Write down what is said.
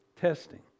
Testing